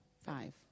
Five